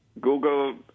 Google